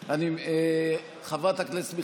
(הוראת שעה) (תיקון מס' 3), התש"ף 2020, נתקבל.